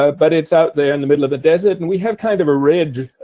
ah but it's out there in the middle of the desert. and we have kind of a ridge,